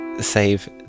save